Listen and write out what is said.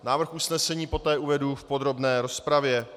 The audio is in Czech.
Návrh usnesení poté uvedu v podrobné rozpravě.